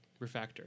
refactor